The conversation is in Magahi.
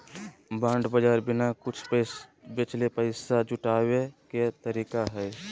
बॉन्ड बाज़ार बिना कुछ बेचले पैसा जुटाबे के तरीका हइ